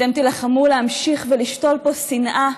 אתם תילחמו להמשיך ולשתול פה שנאה,